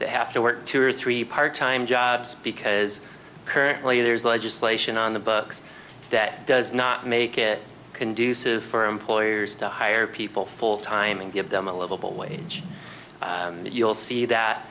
that have to work two or three part time jobs because currently there is legislation on the books that does not make it conducive for employers to hire people full time and give them a livable wage you'll see that